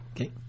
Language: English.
Okay